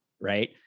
right